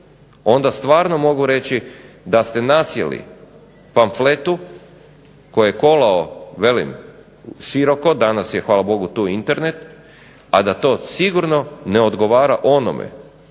onda stvarno mogu reći da ste nasjeli pamfletu koji je kolao velim široko, danas je hvala Bogu tu Internet, a da to sigurno ne odgovara onome